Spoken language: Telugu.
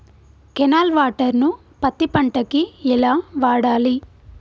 కెనాల్ వాటర్ ను పత్తి పంట కి ఎలా వాడాలి?